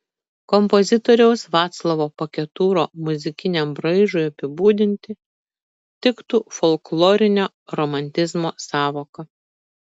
kompozitoriaus vaclovo paketūro muzikiniam braižui apibūdinti tiktų folklorinio romantizmo sąvoka